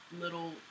little